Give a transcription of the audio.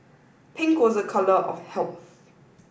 pink was a colour of health